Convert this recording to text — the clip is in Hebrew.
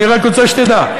אני רק רוצה שתדע,